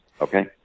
okay